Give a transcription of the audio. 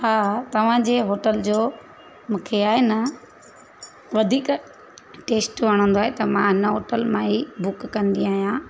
हा तव्हांजे होटल जो मूंखे आहे न वधीक टेस्ट वणंदो आहे त मां इन होटल मां ई बुक कंदी आहियां